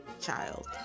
child